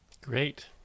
Great